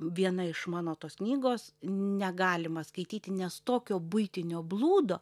viena iš mano tos knygos negalima skaityti nes tokio buitinio blūdo